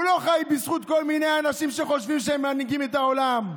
הוא לא חי בזכות כל מיני אנשים שחושבים שהם מנהיגים את העולם,